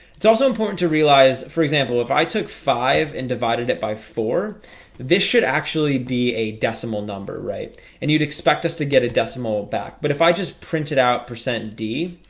it's also important to realize for example if i took five and divided it by four this should actually be a decimal number right and you'd expect us to get a decimal back but if i just print it out percent d.